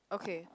okay